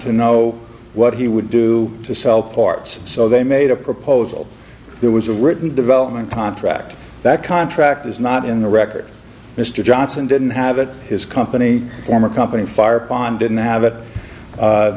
to know what he would do to sell parts so they made a proposal there was a written development contract that contract is not in the record mr johnson didn't have it his company former company fire pond didn't have it